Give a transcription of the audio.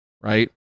right